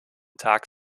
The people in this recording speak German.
tag